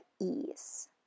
ease